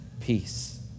peace